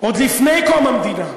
עוד לפני קום המדינה,